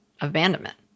abandonment